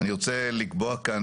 אני רוצה לקבוע כאן